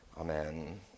Amen